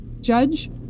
Judge